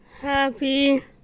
Happy